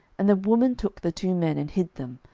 and the woman took the two men, and hid them,